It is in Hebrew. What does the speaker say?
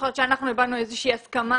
זוכרת שאנחנו הבענו איזושהי הסכמה